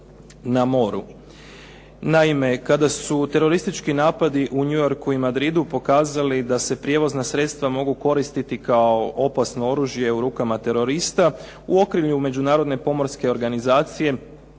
Naime, kada su teroristički napadi u New Yorku i Madridu pokazali da se prijevozna sredstva mogu koristiti kao opasno oružje u rukama terorista u okrilju Međunarodne pomorske organizacije